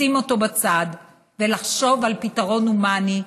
לשים אותו בצד ולחשוב על פתרון הומני,